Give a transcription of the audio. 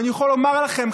ואני יכול לומר לכם,